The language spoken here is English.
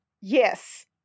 Yes